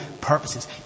purposes